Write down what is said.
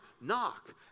Knock